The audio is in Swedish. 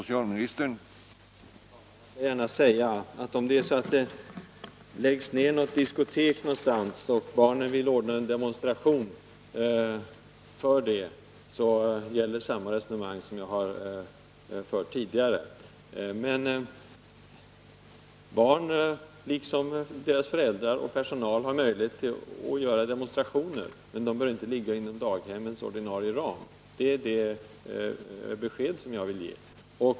Herr talman! Om det någonstans läggs ned ett diskotek och barnen vill anordna en demonstration mot nedläggningen, gäller samma resonemang som jag tidigare har fört. Barnen, liksom deras föräldrar och personal, har möjlighet att anordna demonstrationer, men de bör inte ligga inom ramen för daghemmens ordinarie verksamhet. Det är det besked som jag vill ge.